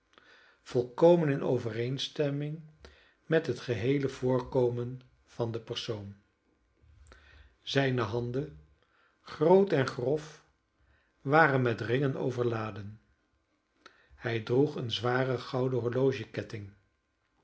volkomen in overeenstemming met het geheele voorkomen van den persoon zijne handen groot en grof waren met ringen overladen hij droeg een zwaren gouden